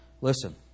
Listen